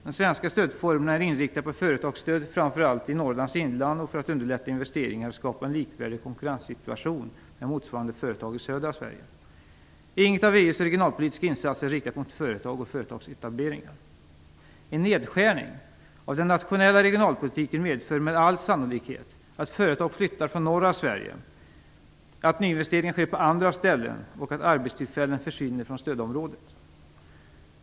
De svenska stödformerna är inriktade på företagsstödet, framför allt i Norrlands inland, för att underlätta investeringar och skapa en likvärdig konkurrenssituation med motsvarande företag i södra Sverige. Inget av EU:s regionalpolitiska insatser är riktat mot företag och företagsetableringar. En nedskärning i den nationella regionalpolitiken medför med all sannolikhet att företag flyttar från norra Sverige, att nyinvesteringar sker på andra ställen och att arbetstillfällen försvinner från stödområdet.